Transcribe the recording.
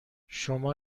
شما